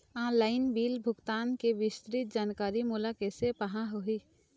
Online bill भुगतान के विस्तृत जानकारी मोला कैसे पाहां होही?